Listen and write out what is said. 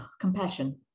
compassion